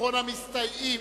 אחרון המסתייגים,